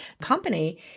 company